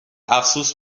افسوس